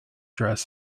dress